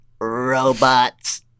robots